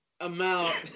amount